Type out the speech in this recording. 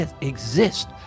exist